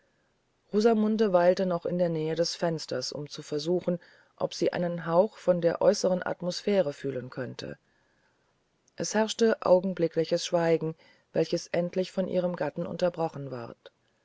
fürihnhätte rosamunde weilte noch in der nähe des fensters um zu versuchen ob sie einen hauch von der äußern atmosphäre fühlen könnte es herrschte augenblickliches schweigen welchesendlichvonihremgattenunterbrochenward wasmachstdujetzt